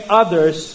others